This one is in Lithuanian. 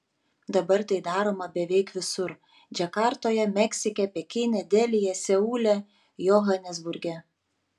dabar tai daroma beveik visur džakartoje meksike pekine delyje seule johanesburge